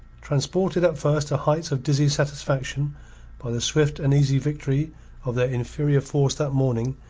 transported at first to heights of dizzy satisfaction by the swift and easy victory of their inferior force that morning,